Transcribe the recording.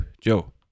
Joe